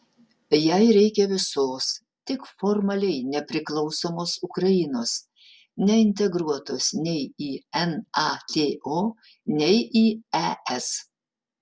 jai reikia visos tik formaliai nepriklausomos ukrainos neintegruotos nei į nato nei į es